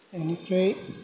ओमफ्राय